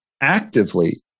actively